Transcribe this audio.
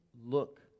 look